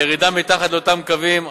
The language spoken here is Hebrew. והירידה מתחת לאותם קווים,